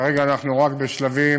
כרגע אנחנו רק בשלבים.